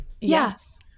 Yes